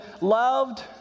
loved